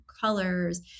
colors